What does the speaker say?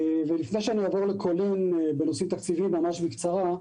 לפני שאעבור לנושאים תקציביים, ממש בקצרה,